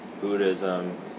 Buddhism